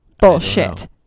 Bullshit